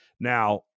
Now